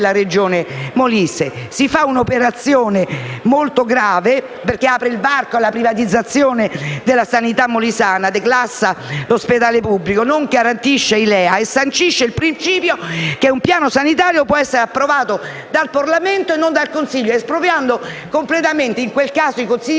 della Regione Molise: si fa un'operazione molto grave che apre il varco alla privatizzazione della sanità molisana, declassa l'ospedale pubblico, non garantisce i LEA e sancisce il principio che un piano sanitario può essere approvato dal Parlamento e non dal consiglio, espropriando completamente in quel caso i consigli